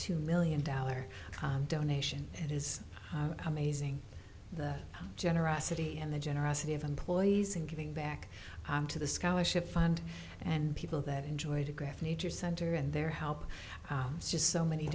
two million dollar donation it is amazing the generosity and the generosity of employees and giving back to the scholarship fund and people that enjoy digraph nature center and their help it's just so many